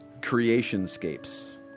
Creationscapes